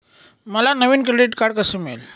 मला नवीन credit card कसे मिळेल?